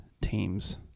Teams